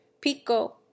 pico